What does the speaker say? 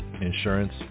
insurance